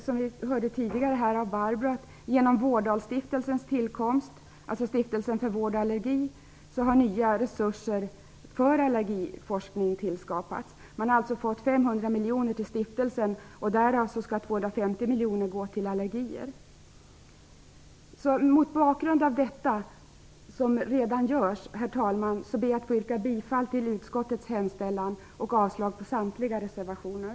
Som vi hörde av Barbro stiftelsen för vård och allergi - nya resurser för allergiforskning tillskapats. Man har alltså fått 500 miljoner till stiftelsen, varav 250 miljoner skall användas när det gäller allergier. Herr talman! Mot bakgrund av detta som redan görs ber jag att få yrka bifall till utskottets hemställan och avslag på samtliga reservationer.